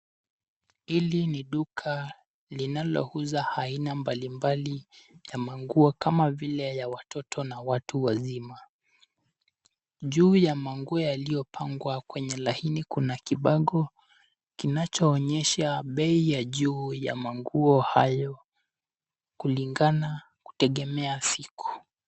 Hili ni duka linalouza aina mbalimbali ya manguo kama vile ya watoto na watu wazima. Juu ya manguo yaliyopangwa kwenye laini kuna kibango kinachoonyesha bei ya juu ya manguo hayo kulingana kutegemea siku.